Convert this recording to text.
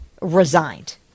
resigned